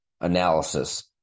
analysis